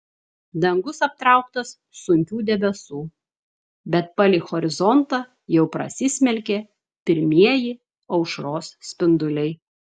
dangus aptrauktas sunkių debesų bet palei horizontą jau prasismelkė pirmieji aušros spinduliai